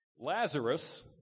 Lazarus